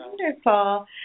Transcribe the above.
wonderful